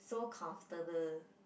so comfortable